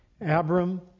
Abram